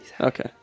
okay